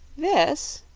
this,